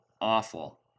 awful